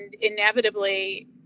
inevitably